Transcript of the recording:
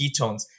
ketones